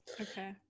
Okay